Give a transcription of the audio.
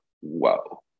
whoa